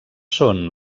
són